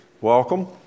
Welcome